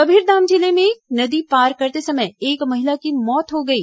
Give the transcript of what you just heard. कबीरधाम जिले में नदी पार करते समय एक महिला की मौत हो गई